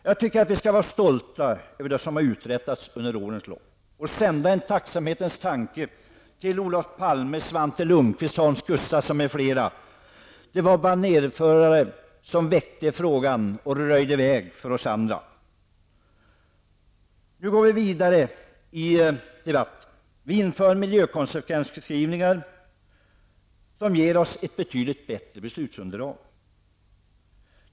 Jag tycker vi skall vara stolta över det som uträttats under årens lopp och sända en tacksamhetens tanke till Olof Palme, Svante Lundkvist, Hans Gustafsson m.fl. De var banérförare som väckte frågan och röjde väg för oss andra. Nu går vi vidare med miljökonsekvensbeskrivningar, som ger oss ett betydligt bättre beslutsunderlag.